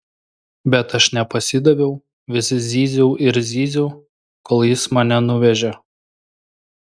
bet aš nepasidaviau vis zyziau ir zyziau kol jis mane nuvežė